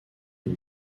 une